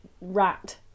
rat